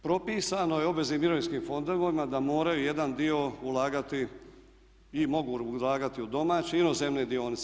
Propisano je obveznim mirovinskim fondovima da moraju jedan dio ulagati i mogu ulagati u domaće inozemne dionice.